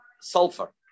sulfur